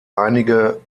einige